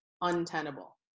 untenable